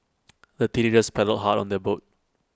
the teenagers paddled hard on their boat